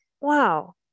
Wow